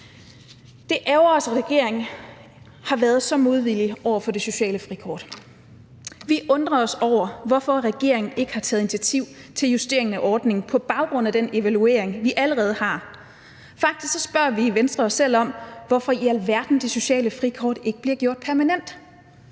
Det ærgrer os, at regeringen har været så modvillig over for det sociale frikort. Vi undrer os over, hvorfor regeringen ikke har taget initiativ til en justering af ordningen på baggrund af den evaluering, vi allerede har. Faktisk spørger vi i Venstre os selv om, hvorfor i alverden det sociale frikort ikke bliver gjort permanent.